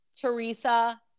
Teresa